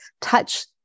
touch